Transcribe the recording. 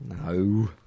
No